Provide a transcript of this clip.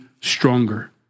stronger